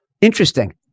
Interesting